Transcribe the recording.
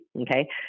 Okay